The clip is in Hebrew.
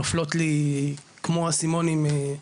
נופלות לי כמו אסימונים,